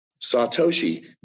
Satoshi